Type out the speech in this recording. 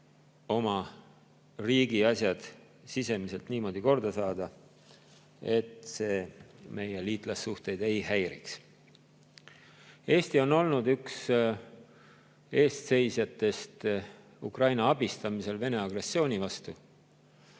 oma riigi asjad sisemiselt niimoodi korda saada, et see meie liitlassuhteid ei häiriks. Eesti on olnud üks eestseisjatest Ukraina abistamisel [võitluses] Vene agressiooni vastu,